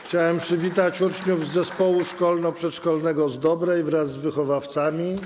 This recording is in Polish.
Chciałem przywitać uczniów z Zespołu Szkolno-Przedszkolnego z Dobrej wraz z wychowawcami.